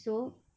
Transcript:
so